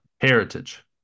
heritage